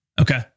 Okay